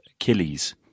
achilles